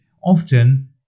often